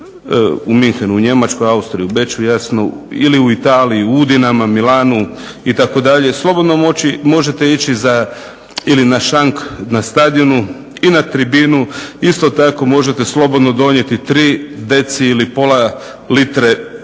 Munchenu u Njemačkoj ili u Italiji u Udinama, Milanu itd. slobodno možete ići za ili na šank na stadionu i na tribinu isto tako možete donijeti 3 dcl ili pola litre pive